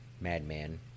madman